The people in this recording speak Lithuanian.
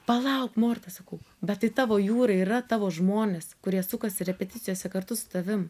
palauk morta sakau bet tai tavo jūra ir yra tavo žmonės kurie sukasi repeticijose kartu su tavim